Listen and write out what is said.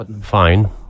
Fine